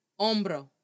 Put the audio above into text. hombro